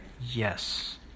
Yes